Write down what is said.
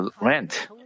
rent